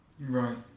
Right